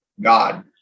God